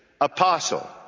apostle